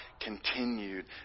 continued